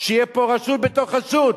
שתהיה פה רשות בתוך רשות.